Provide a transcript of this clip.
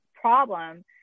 problem